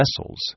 vessels